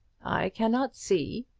i cannot see,